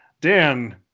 Dan